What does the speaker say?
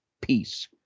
Peace